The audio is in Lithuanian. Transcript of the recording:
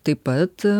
taip pat